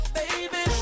baby